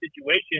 situation